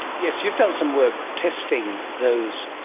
yes, you've done some work testing those,